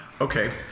Okay